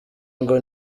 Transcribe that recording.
ngo